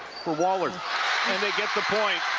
for wahlert. and they get the point.